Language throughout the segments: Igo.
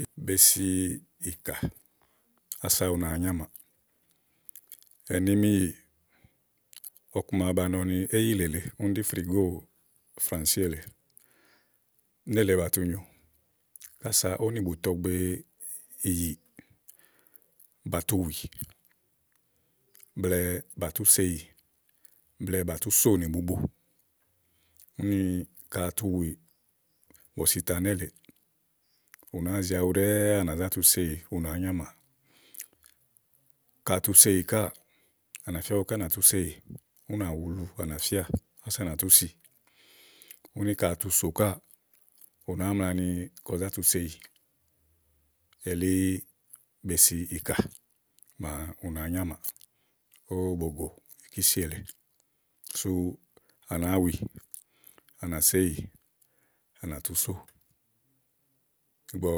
ígb be si ìkà ása ù nàáá nyamàà ɛ̀ni miyìì ɔkuma ba nɔ ni éyìlè lèe úni ɖí frìgóò frànsíì èle nélèe batu nyo kása ówò nì bùtɔgbe ìyì bàa tu wì blɛ̀ɛ bàtú seyì, blɛ̀ɛ bà tú sò nì bubo. úni ka àtu wìì bɔ̀sì ita nélèeè, ù nàáa zi awu ɖɛ́ɛ́ à nà zá tu seyì ù nàáá nyamàà ka àtu seyì káà, à nà fía ígbɔké á ná tú seyí ú nà wulu á nà fía ása à nà tú si úni ka à tu sò káà, ù nàáa mla ni kɔ zá tu seyì elí be siìkà màa ù nàáá nyamàà. ówò bògò ìkísì èle. sú à nàáa wì, à nà séyì, à nà tú só ígbɔ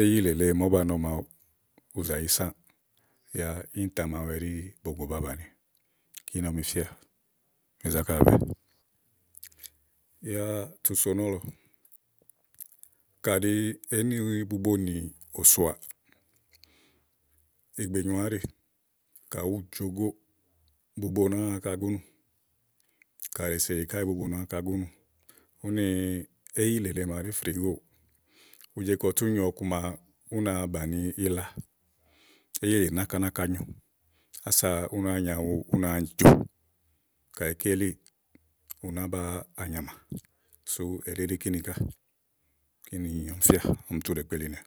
éyilè lèe màa ówó ba nɔ màawu, ù zàyi sãã, yá íìntã màawu ɛɖí bògò ba bàni. kíni ɔmi fíà, zákà bɛ̀ɛɛ̀bɛ̀ɛ yá tu so nɔ̀lɔ káɖi èé ni bubo òsòà ìgbè nyòoà áɖì, kàɖi ù jo go bubo nàáa áŋka gúnù ka è seyì ká bubo nàáa áŋka gúnù úni éyìlè màa ɖi frìgóò, ùú je kɔ tú nyo ɔku ma ú na bàni ila éyìlè náka náka nyo ása ú náa nyo awu ú náa jo kayi ké elíì, ù nàá baa nyàmà súù elí ɖí kíni ká kini ɔmi fíà ɔmi tu ɖèe kpelinìà.